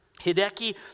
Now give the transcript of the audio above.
Hideki